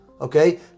okay